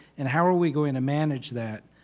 and how are we going to manage that?